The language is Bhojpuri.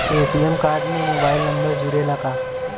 ए.टी.एम कार्ड में मोबाइल नंबर जुरेला का?